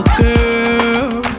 girl